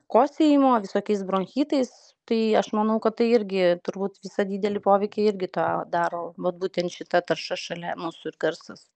kosėjimo visokiais bronchitais tai aš manau kad tai irgi turbūt visą didelį poveikį irgi tą daro vat būtent šita tarša šalia mūsų ir garsas